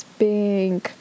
pink